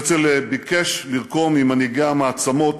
הרצל ביקש לרקום עם מנהיגי המעצמות